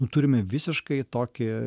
turime visiškai tokį